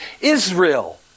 Israel